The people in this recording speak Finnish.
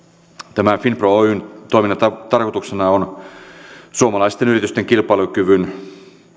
tämän finpro oyn toiminnan tarkoituksena on suomalaisten yritysten kilpailukyvyn